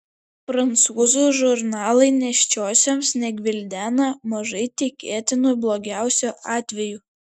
prancūzų žurnalai nėščiosioms negvildena mažai tikėtinų blogiausių atvejų